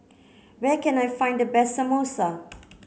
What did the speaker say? where can I find the best Samosa